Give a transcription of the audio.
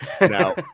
Now